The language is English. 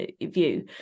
view